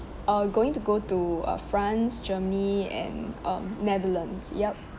uh going to go to uh france germany and um netherlands yup